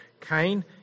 Cain